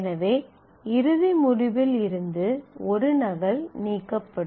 எனவே இறுதி முடிவில் இருந்து ஒரு நகல் நீக்கப்படும்